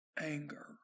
anger